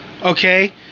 Okay